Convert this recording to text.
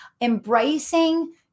embracing